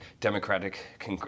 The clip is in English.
Democratic